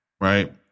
right